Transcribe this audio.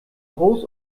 groß